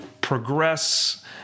progress